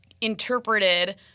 interpreted